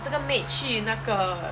这个 maid 去那个